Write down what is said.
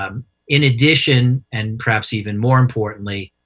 um in addition, and perhaps even more importantly,